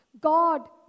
God